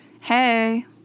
Hey